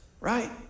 right